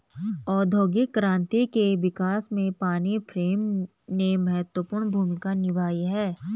औद्योगिक क्रांति के विकास में पानी फ्रेम ने महत्वपूर्ण भूमिका निभाई है